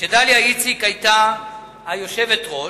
כשדליה איציק היתה היושבת-ראש,